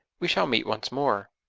we shall meet once more.